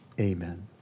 Amen